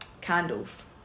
candles